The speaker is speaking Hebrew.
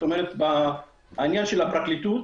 עניין הפרקליטות